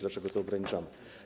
Dlaczego to ograniczamy?